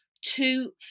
Two